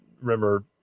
remember